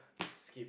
skip